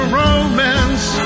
romance